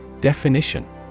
Definition